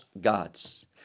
gods